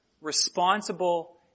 responsible